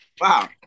Wow